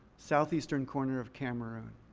southeastern corner of cameroon.